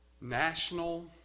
National